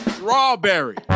Strawberry